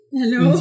hello